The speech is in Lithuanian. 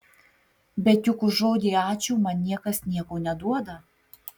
bet juk už žodį ačiū man niekas nieko neduoda